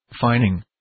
fining